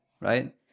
right